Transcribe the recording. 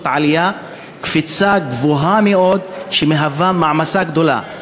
זאת עלייה, קפיצה גבוהה מאוד, שמהווה מעמסה גדולה.